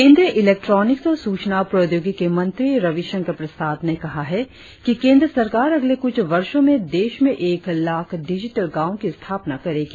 केंद्रीय इलेक्ट्रॉनिक्स और सूचना प्रौद्योगिकी मंत्री रविशंकर प्रसाद ने कहा है कि केंद्र सरकार अगले कुछ वर्षों में देश में एक लाख डिजिटल गांवों की स्थापना करेगी